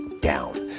down